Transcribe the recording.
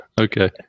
okay